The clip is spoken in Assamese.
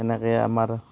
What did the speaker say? সেনেকৈ আমাৰ